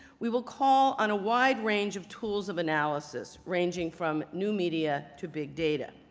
we will call on a wide range of tools of analysis, ranging from new media to big data.